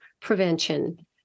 prevention